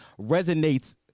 resonates